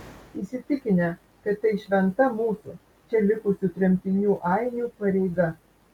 įsitikinę kad tai šventa mūsų čia likusių tremtinių ainių pareiga